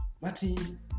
Martin